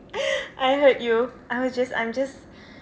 I heard you I was just I'm just